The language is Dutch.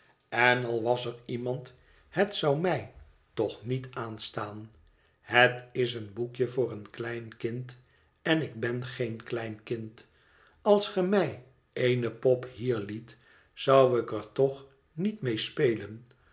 en al was er iemand het zou mij toch niet aanstaan het is een boekje voor een klein kind en ik ben geen klein kind als ge mij eene pop hier liet zou ik er toch niet mee spelen